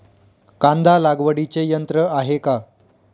कांदा लागवडीचे यंत्र आहे का?